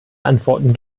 antworten